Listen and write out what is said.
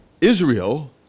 Israel